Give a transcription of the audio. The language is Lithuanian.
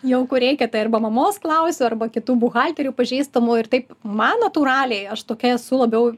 jau ko reikia tai arba mamos klausiu arba kitų buhalterių pažįstamų ir taip man natūraliai aš tokia esu labiau